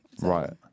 Right